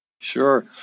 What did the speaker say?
Sure